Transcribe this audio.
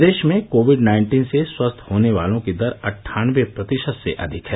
प्रदेश में Covid nineteen से स्वस्थ होने वालों की दर अट्ठानबे प्रतिशत से अधिक है